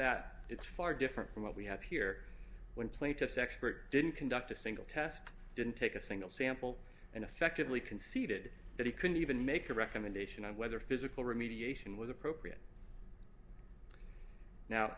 that it's far different from what we have here when plaintiffs expert didn't conduct a single test didn't take a single sample and effectively conceded that he couldn't even make a recommendation on whether physical remediation was appropriate now